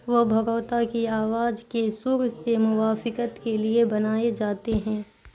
وہ بھگوتا کی آواز کے سر سے موافقت کے لیے بنائے جاتے ہیں